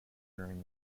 during